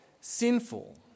sinful